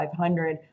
500